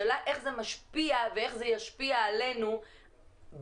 השאלה איך זה משפיע ואיך זה ישפיע עלינו בעתיד.